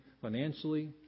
financially